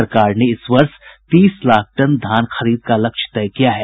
सरकार ने इस वर्ष तीस लाख टन धान खरीद का लक्ष्य तय किया है